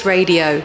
Radio